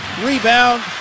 Rebound